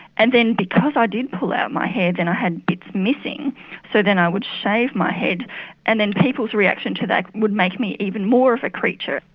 and then because i did pull out my hair then i had bits missing so then i would shave my head and then people's reaction to that would make me even more of a creature.